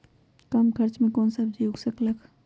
कम खर्च मे कौन सब्जी उग सकल ह?